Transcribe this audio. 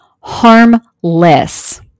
harmless